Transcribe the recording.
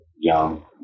young